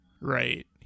right